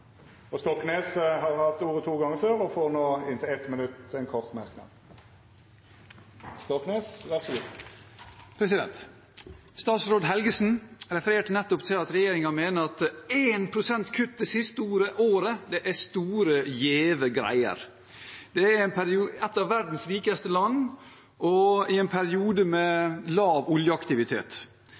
Statsråd Helgesen refererte nettopp til at regjeringen mener at 1 pst. kutt det siste året er store, gjeve greier. Det er i et av verdens rikeste land og i en periode med lav oljeaktivitet.